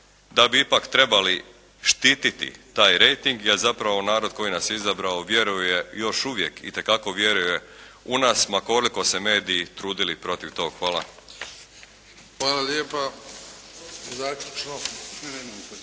Da bi ipak trebali štititi rejting, jer zapravo narod koji nas je izabrao vjeruje još uvijek, itekako vjeruje u nas ma koliko se mediji trudili protiv tog. Hvala. **Bebić,